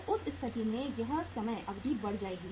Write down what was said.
तो उस स्थिति में यह समय अवधि बढ़ जाएगी